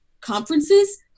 conferences